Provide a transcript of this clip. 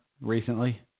recently